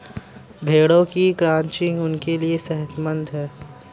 भेड़ों की क्रचिंग उनके लिए सेहतमंद है